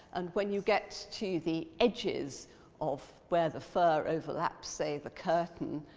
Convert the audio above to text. and when you get to the edges of where the fur overlaps, say, the curtain,